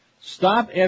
Stop